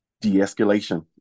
de-escalation